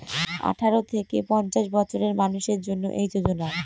আঠারো থেকে পঞ্চাশ বছরের মানুষের জন্য এই যোজনা